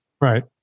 right